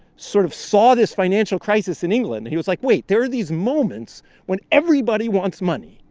sort of saw this financial crisis in england. he was like, wait. there are these moments when everybody wants money.